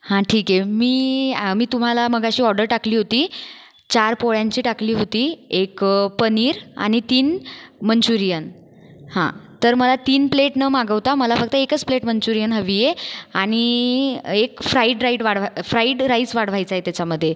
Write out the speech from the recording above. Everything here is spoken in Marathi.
हा ठीक आहे मी आम्ही तुम्हाला मघाशी ऑर्डर टाकली होती चार पोळ्यांची टाकली होती एक पनीर आणि तीन मंचुरियन हा तर मला तीन प्लेट न मागवता मला फक्त एकच प्लेट मंचूरियन हवी आहे आणि एक फ्राइड राइड वाढवा फ्राइड राइस वाढवायचा आहे त्याच्यामध्ये